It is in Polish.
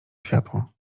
światło